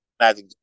Magic